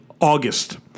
August